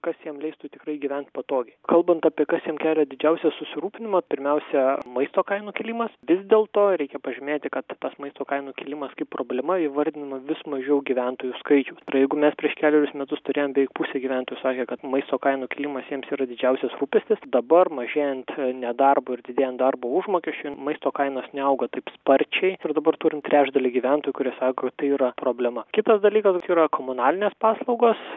kas jiem leistų tikrai gyventi patogiai kalbant apie kas jiem kelia didžiausią susirūpinimą pirmiausia maisto kainų kilimas vis dėlto reikia pažymėti kad tas maisto kainų kilimas kaip problema įvardino vis mažiau gyventojų skaičių jeigu mes prieš kelerius metus turėjome beveik pusę gyventų sakė kad maisto kainų kilimas jiems ir didžiausias rūpestis dabar mažėjant nedarbui ir didėjant darbo užmokesčiui maisto kainos neauga taip sparčiai ir dabar turim trečdalį gyventojų kurie sako tai yra problema kitas dalykas yra komunalinės paslaugos